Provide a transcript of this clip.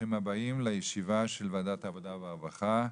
ברוכים הבאים לישיבה של וועדת העבודה והרווחה,